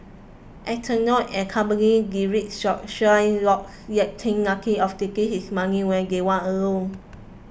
Antonio and company deride Shylock yet think nothing of taking his money when they want a loan